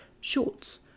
shorts